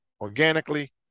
organically